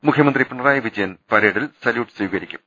മുഖ്യമന്ത്രി പിണറായി വിജയൻ പരേഡിൽ സല്യൂട്ട് സ്വീകരിക്കും